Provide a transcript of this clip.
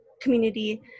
community